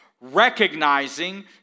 recognizing